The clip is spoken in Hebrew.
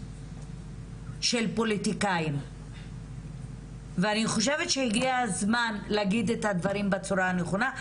של פוליטיקאים ואני חושבת שהגיע הזמן להגיד את הדברים בצורה הנכונה,